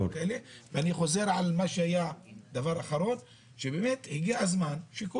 אני חוזר על הדבר האחרון חלק בכלל